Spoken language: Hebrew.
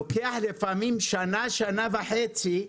לוקח לפעמים שנה, שנה וחצי,